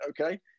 okay